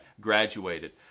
graduated